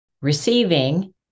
receiving